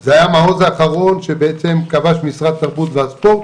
זה היה המעוז האחרון שבעצם כבש משרד התרבות והספורט,